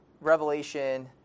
Revelation